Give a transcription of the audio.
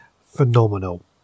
phenomenal